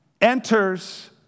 enters